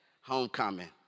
homecoming